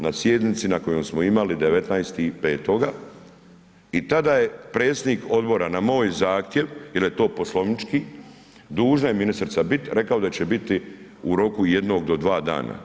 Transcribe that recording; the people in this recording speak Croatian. Na sjednici na kojoj smo imali 19.05. i tada je predsjednik Odbora na moj zahtjev jer je to poslovnički, dužna je ministrica biti, rekao da će biti u roku jednog do dva dana.